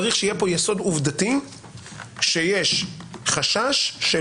צריך שיהיה כאן יסוד עובדתי שיש חשש של